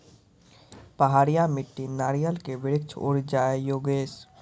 पहाड़िया मिट्टी नारियल के वृक्ष उड़ जाय योगेश?